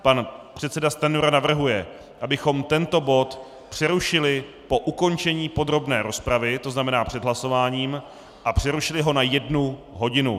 Pan předseda Stanjura navrhuje, abychom tento bod přerušili po ukončení podrobné rozpravy, to znamená před hlasováním, a přerušili ho na jednu hodinu.